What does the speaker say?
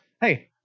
hey